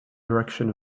direction